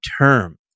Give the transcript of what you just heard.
term